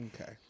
Okay